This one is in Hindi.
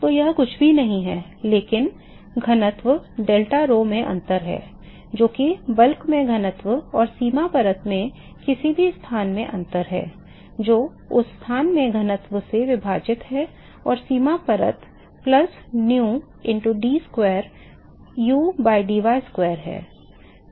तो यह कुछ भी नहीं है लेकिन घनत्व डेल्टा rho में अंतर है जो कि bulk में घनत्व और सीमा परत में किसी भी स्थान में अंतर है जो उस स्थान में घनत्व से विभाजित है और सीमा परत plus nu into d square u by dy square है